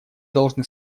должны